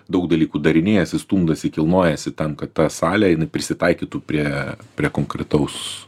daug dalykų darinėjasi stumdosi kilnojasi tam kad tą salę jinai prisitaikytų prie prie konkretaus